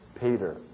Peter